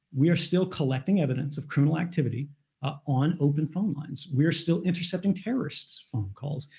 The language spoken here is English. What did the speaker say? we are still collecting evidence of criminal activity ah on open phone lines. we're still intercepting terrorist's phone calls,